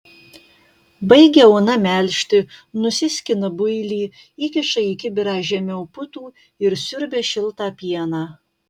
baigia ona melžti nusiskina builį įkiša į kibirą žemiau putų ir siurbia šiltą pieną